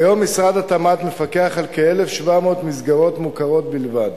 כיום משרד התמ"ת מפקח על כ-1,700 מסגרות מוכרות בלבד,